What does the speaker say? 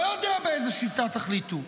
לא יודע באיזו שיטה תחליטו.